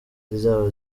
zizaba